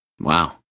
Wow